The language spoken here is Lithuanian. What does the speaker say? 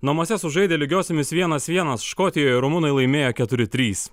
namuose sužaidę lygiosiomis vienas vienas škotijoje rumunai laimėjo keturi trys